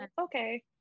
okay